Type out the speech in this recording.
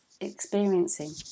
experiencing